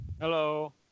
Hello